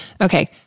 Okay